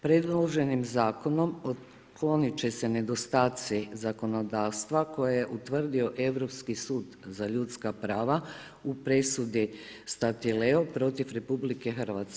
Predloženim zakonom otklonit će se nedostaci zakonodavstva koje je utvrdio Europski sud za ljudska prava u presudi Statileo protiv RH.